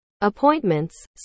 appointments